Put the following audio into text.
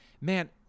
man